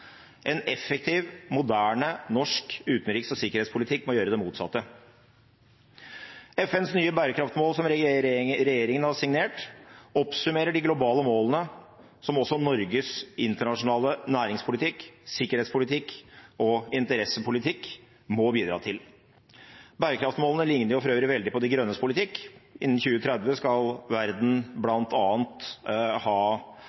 En effektiv og moderne norsk utenriks- og sikkerhetspolitikk må gjøre det motsatte. FNs nye bærekraftmål som regjeringen har signert, oppsummerer de globale målene som også Norges internasjonale næringspolitikk, sikkerhetspolitikk og interessepolitikk må bidra til. Bærekraftmålene ligner for øvrige mye på De Grønnes politikk. Innen 2030 skal verden bl.a. ha